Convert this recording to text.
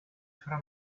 fra